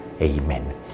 Amen